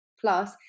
Plus